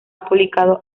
publicado